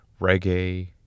reggae